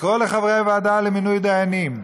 לקרוא לחברי הוועדה למינוי דיינים: